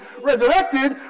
resurrected